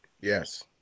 Yes